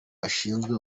ashinzwe